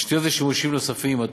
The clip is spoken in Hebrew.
תשתיות ושימושים נוספים.